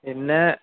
പിന്നെ